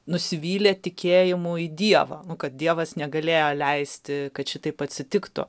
nusivylė tikėjimu į dievą kad dievas negalėjo leisti kad šitaip atsitiktų